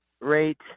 rate